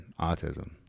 autism